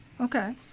okay